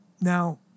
Now